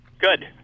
Good